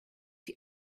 die